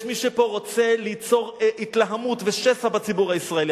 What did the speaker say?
יש מי שפה רוצה ליצור התלהמות ושסע בציבור הישראלי.